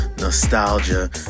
nostalgia